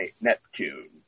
Neptune